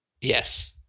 yes